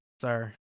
sir